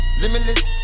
limitless